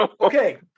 Okay